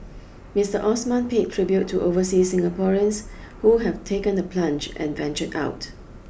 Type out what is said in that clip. Mister Osman paid tribute to overseas Singaporeans who have taken the plunge and ventured out